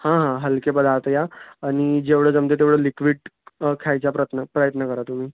हां हां हलके पदार्थ घ्या आणि जेवढं जमते तेवढं लिक्विड खायचा प्रत्न प्रयत्न करा तुम्ही